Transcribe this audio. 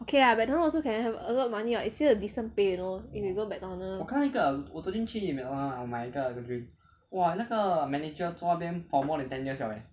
okay lah McDonald's also can have a lot of money what is still a decent pay you know if you go McDonald's